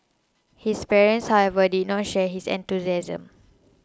his parents however did not share his enthusiasm